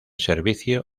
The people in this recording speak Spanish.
servicio